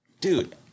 Dude